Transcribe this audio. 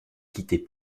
quitter